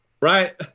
Right